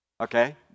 okay